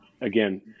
again